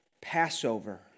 Passover